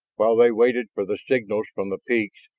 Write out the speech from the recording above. while they waited for the signals from the peaks,